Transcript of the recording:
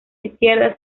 izquierda